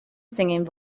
singing